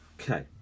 Okay